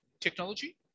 technology